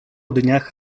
dniach